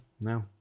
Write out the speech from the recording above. no